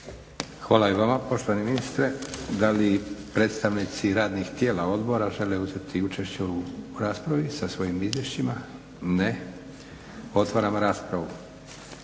Hvala i vama poštovani ministre. Da li predstavnici radnih tijela, odbora žele uzeti učešće u raspravi sa svojim izvješćima? Ne. Otvaram raspravu.